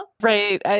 Right